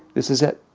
this is it.